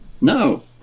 No